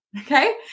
Okay